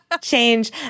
change